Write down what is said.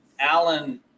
Alan